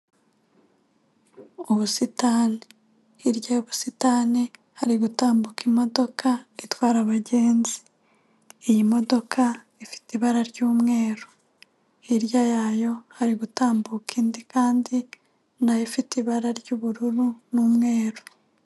Ubusitani, hirya y'ubusitani hari gutambuka imodoka itwara abagenzi. Iyi modoka ifite ibara ry'umweru. Hirya yayo hari gutambuka indi kandi na yo ifite ibara ry'ubururu n'umweru.